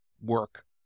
work